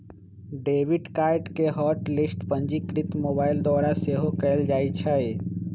debit card के hot list पंजीकृत mobile द्वारा सेहो कएल जाइ छै